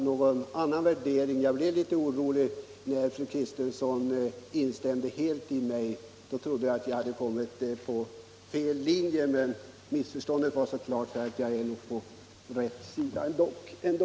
Någon värdering gjorde jag alltså inte.